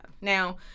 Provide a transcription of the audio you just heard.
Now